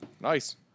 Nice